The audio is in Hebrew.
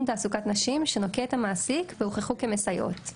תעסוקת נשים שנוקט המעסיק והוכחו כמסייעות.